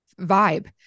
vibe